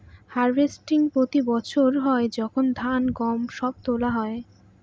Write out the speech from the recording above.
harvesting প্রতি বছর হয় যখন ধান, গম সব তোলা হয়